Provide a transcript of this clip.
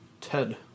Ted